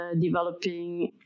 developing